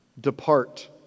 Depart